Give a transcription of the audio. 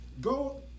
Go